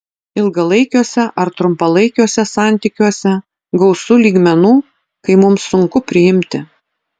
ilgalaikiuose ar trumpalaikiuose santykiuose gausu lygmenų kai mums sunku priimti